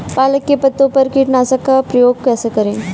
पालक के पत्तों पर कीटनाशक का प्रयोग कैसे करें?